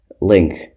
Link